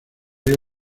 ríos